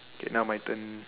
okay now my turn